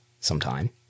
sometime